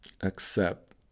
accept